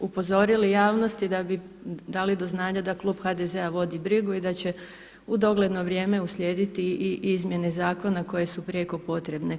upozorili javnost i da bi dali do znanja da klub HDZ-a vodi brigu i da će u dogledno vrijeme uslijediti i izmjene zakona koje su prijeko potrebne.